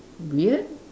weird